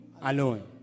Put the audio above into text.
alone